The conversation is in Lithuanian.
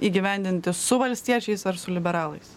įgyvendinti su valstiečiais ar su liberalais